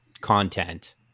content